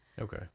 Okay